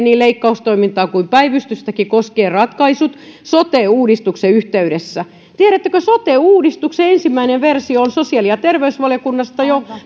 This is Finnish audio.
niin leikkaustoimintaa kuin päivystystäkin koskien ratkaisut sote uudistuksen yhteydessä tiedättekö sote uudistuksen ensimmäinen versio on sosiaali ja terveysvaliokunnasta jo